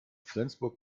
flensburg